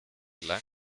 lang